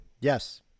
Yes